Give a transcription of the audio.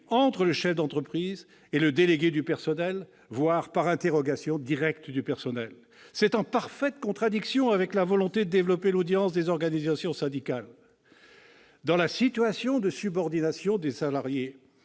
entre le chef d'entreprise et le délégué du personnel, voire par interrogation directe du personnel. C'est en parfaite contradiction avec la volonté de développer l'audience des organisations syndicales ! Tout à fait ! Dans la situation de subordination qui est